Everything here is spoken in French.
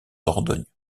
dordogne